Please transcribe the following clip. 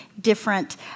different